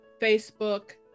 Facebook